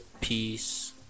peace